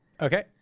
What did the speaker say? okay